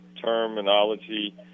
terminology